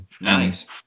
Nice